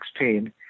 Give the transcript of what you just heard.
16